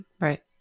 Right